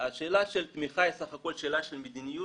השאלה של תמיכה היא בסך הכול שאלה של מדיניות,